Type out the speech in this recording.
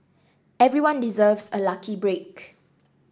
everyone deserves a lucky break